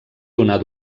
donar